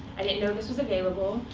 i didn't know this was available.